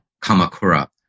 Kamakura